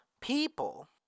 people